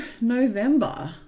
November